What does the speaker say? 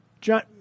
John